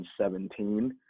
2017